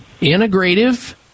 integrative